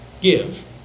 Give